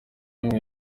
mwe